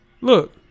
Look